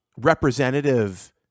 representative